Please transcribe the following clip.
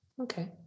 Okay